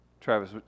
Travis